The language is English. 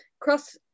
cross